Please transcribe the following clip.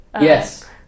Yes